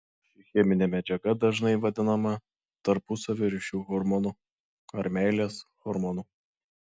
ši cheminė medžiaga dažnai vadinama tarpusavio ryšių hormonu ar meilės hormonu